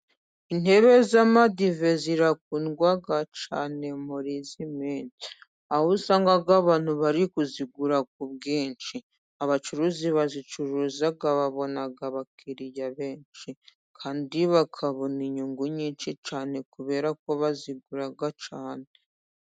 Intebe z'amadive zirakundwa cyane muri iyi minsi, aho usanga abantu bari kuzigura ku bwinshi. Abacuruzi bazicuruza babona abakiriya benshi, kandi bakabona inyungu nyinshi cyane, kubera ko bazigura cyane.